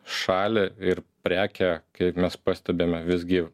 šalį ir prekę kaip mes pastebime visgi